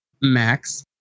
Max